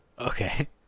Okay